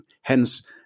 hence